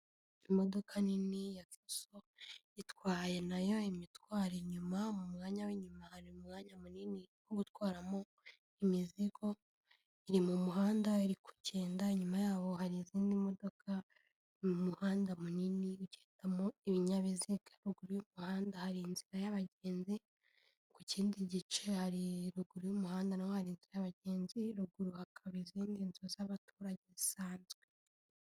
Imodoka nini ya so itwaye nayo itwa inyuma, mu mwanya w'inyuma hari umwanya munini wo gutwaramo imizigo, iri mu muhanda iri kugenda inyuma yaho, hari izindi modoka mu muhanda munini igendamo ibinyabizigaguru y'umuhanda, hari inzira y'abagenzi, ku kindi gice hariruguru y'umuhandatwara inzira bagenzi, ruguru hakaba izindi nzu z'abaturage zisanzwe.